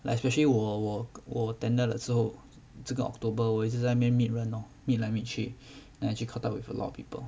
especially 我我我 tender 了之后这个 october 我一直在那边 meet 人 lor meet 来 meet 去 then 就 caught up with a lot of people